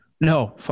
No